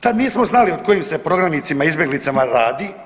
Tada nismo znali o kojim se prognanicima, izbjeglicama radi.